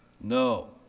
No